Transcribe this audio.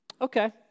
Okay